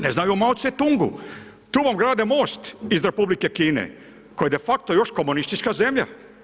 Ne znaju o Mao Zedongu, tu vam grade most iz Republike Kine koja je de facto još komunistička zemlja.